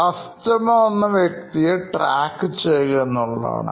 കസ്റ്റമർഎന്ന വ്യക്തിയെ ട്രാക്ക് ചെയ്യുക എന്നുള്ളതാണ്